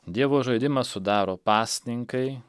dievo žaidimą sudaro pasninkai